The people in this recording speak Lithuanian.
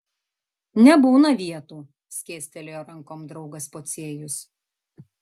nebūna vietų skėstelėjo rankom draugas pociejus